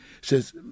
says